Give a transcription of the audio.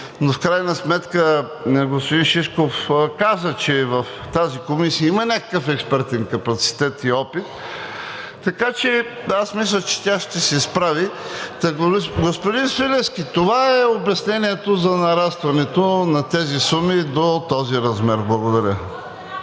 но в крайна сметка господин Шишков каза, че в тази комисия има някакъв експертен капацитет и опит, така че, аз мисля, че тя ще се справи. Господин Свиленски, това е обяснението за нарастването на тези суми до този размер. Благодаря.